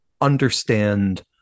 understand